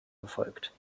befolgt